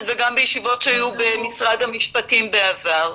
וגם בישיבות שהיו במשרד המשפטים בעבר.